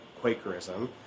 Quakerism